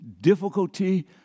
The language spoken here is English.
difficulty